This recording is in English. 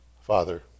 Father